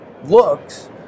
looks